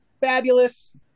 fabulous